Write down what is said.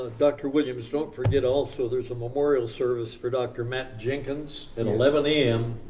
ah dr. williams, don't forget also there's a memorial service for dr. matt jenkins at eleven a m,